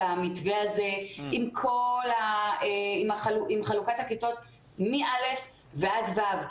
המתווה הזה עם חלוקת הכיתות מ-א' עד ו',